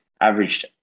averaged